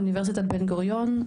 אוניברסיטת בן גוריון,